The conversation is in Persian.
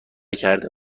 کرده